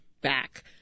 back